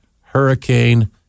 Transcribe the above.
Hurricane